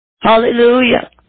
Hallelujah